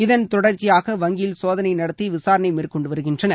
இதன் தொடர்ச்சியாக வங்கியில் சோதனை நடத்தி விசாரணை மேற்கொண்டு வருகின்றனர்